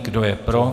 Kdo je pro?